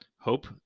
Hope